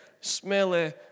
smelly